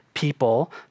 People